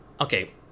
Okay